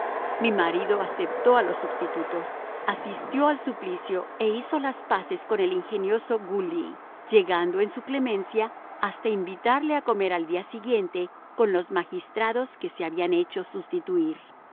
mi marido aceptó a los substitutos asistió al suplicio e hizo las paces con el ingenioso gu ly llegando en su clemencia hasta invitarle a comer al día siguiente con los magistrados que se habían hecho sustituir